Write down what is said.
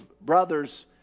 brothers